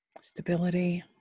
stability